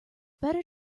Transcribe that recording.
better